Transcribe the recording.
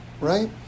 right